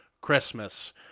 Christmas